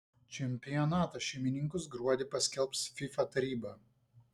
čempionato šeimininkus gruodį paskelbs fifa taryba